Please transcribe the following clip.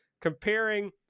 comparing